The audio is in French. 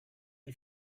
une